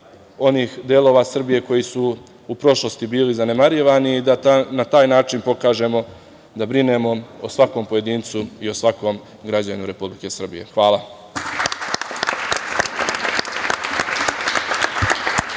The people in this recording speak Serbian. onih delova Srbije koji su u prošlosti bili zanemarivani da na taj način pokažemo da brinemo o svakom pojedincu i o svakom građaninu Republike Srbije. Hvala.